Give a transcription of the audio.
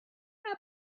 how